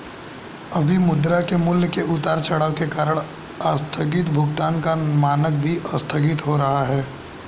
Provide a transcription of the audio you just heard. अभी मुद्रा के मूल्य के उतार चढ़ाव के कारण आस्थगित भुगतान का मानक भी आस्थगित हो रहा है